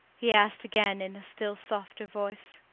he asked again in a still softer voice.